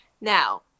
Now